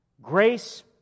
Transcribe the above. Grace